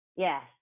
Yes